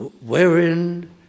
wherein